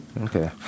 Okay